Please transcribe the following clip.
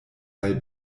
weil